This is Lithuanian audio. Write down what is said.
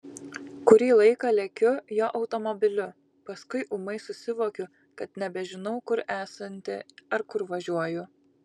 kurį laiką lekiu jo automobiliu paskui ūmai susivokiu kad nebežinau kur esanti ar kur važiuoju